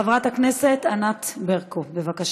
חברת הכנסת ענת ברקו, בבקשה.